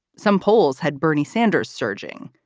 some polls had bernie sanders surging.